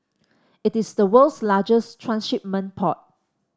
it is the world's largest transshipment port